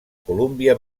colúmbia